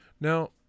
now